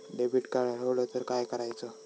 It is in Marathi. डेबिट कार्ड हरवल तर काय करायच?